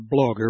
blogger